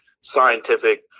scientific